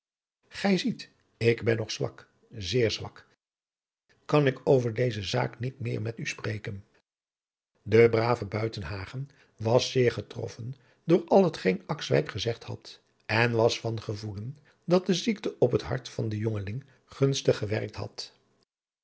ik ben nog zwak zeer zwak kan ik over deze zaak niet meer met u spreken de brave buitenhagen was zeer getroffen door al hetgeen akswijk gezegd had en was van gevoelen dat de ziekte op het hart van den jongeling gunstig gewerkt had